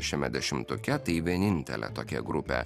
šiame dešimtuke tai vienintelė tokia grupė